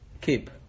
keep